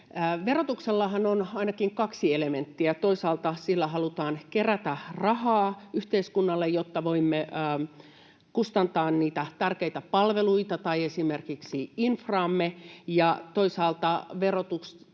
Verotuksellahan on ainakin kaksi elementtiä: toisaalta sillä halutaan kerätä rahaa yhteiskunnalle, jotta voimme kustantaa tärkeitä palveluita tai esimerkiksi infraamme,